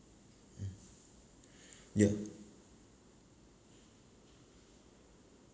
mm ya